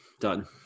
Done